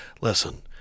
Listen